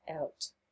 out